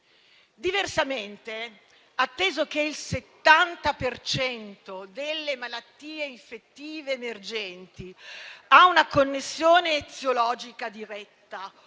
Diversamente, atteso che il 70 per cento delle malattie infettive emergenti ha una connessione eziologica diretta